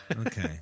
Okay